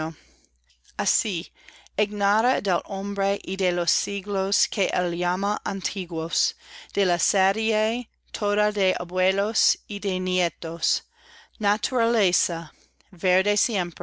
así ignara del hombre y de los siglos que él llama antiguos de la serie toda de abuelos y de nietos naturaleza